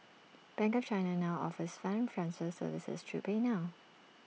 bank of China now offers funds transfer services through PayNow